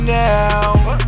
now